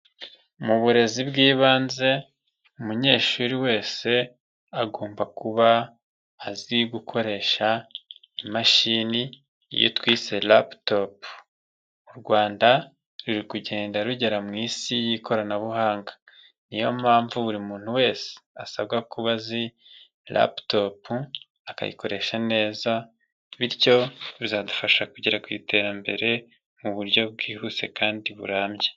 Mu burezi bw'ibanze, umunyeshuri wese agomba kuba azi gukoresha imashini iyo twise laputopu, u Rwanda ruri kugenda rugera mu isi y'ikoranabuhanga. Niyo mpamvu buri muntu wese asabwa kuba azi laputopu akayikoresha neza, bityo bizadufasha kugera ku iterambere mu buryo bwihuse kandi burambye.